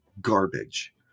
garbage